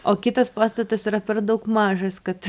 o kitas pastatas yra per daug mažas kad